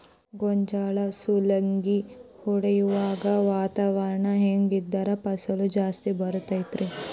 ಗೋಂಜಾಳ ಸುಲಂಗಿ ಹೊಡೆಯುವಾಗ ವಾತಾವರಣ ಹೆಂಗ್ ಇದ್ದರ ಫಸಲು ಜಾಸ್ತಿ ಬರತದ ರಿ?